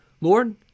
Lord